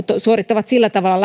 suorittavat sillä tavalla